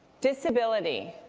disability,